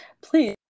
please